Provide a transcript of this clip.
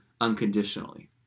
unconditionally